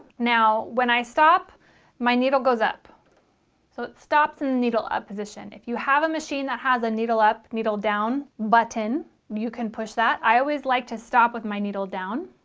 now when i stop my needle goes up so it stops in the needle up position if you have a machine that has a needle up needle down button you can push that i always like to stop with my needle down